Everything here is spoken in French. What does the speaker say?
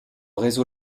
réseau